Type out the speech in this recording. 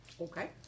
okay